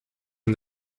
and